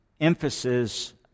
emphasis